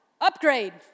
Upgrade